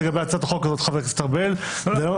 ויש בהם הסכמה של קואליציה ואופוזיציה אין סיבה לא להעביר.